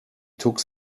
took